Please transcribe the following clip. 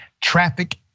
traffic